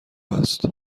است